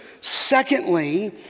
secondly